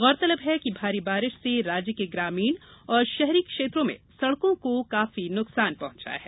गौरतलब है कि भारी बारिश से राज्य के ग्रामीण और शहरी क्षेत्रों में सड़कों को काफी नुकसान पहुंचा है